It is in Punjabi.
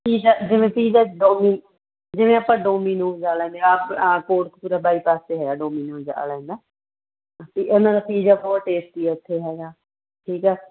ਪੀਜ਼ਾ ਜਿਵੇਂ ਪੀਜ਼ਾ ਡੋਮੀ ਜਿਵੇਂ ਆਪਾਂ ਡੋਮੀਨੋਜ਼ ਵਾਲਿਆਂ ਦੇ ਆ ਆਹ ਕੋਟਕਪੂਰਾ ਬਾਈਪਾਸ 'ਤੇ ਹੈਗਾ ਡੋਮੀਨੋਜ਼ ਵਾਲਿਆਂ ਦਾ ਅਤੇ ਉਹਨਾਂ ਦਾ ਪੀਜਾ ਬਹੁਤ ਟੇਸਟੀ ਆ ਉੱਥੇ ਹੈਗਾ ਠੀਕ ਆ